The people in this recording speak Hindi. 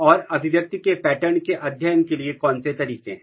और अभिव्यक्ति के पैटर्न के अध्ययन के लिए कौन से तरीके हैं